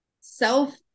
self